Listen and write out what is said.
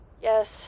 Yes